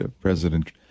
President